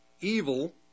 evil